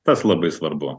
tas labai svarbu